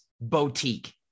boutique